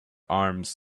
arms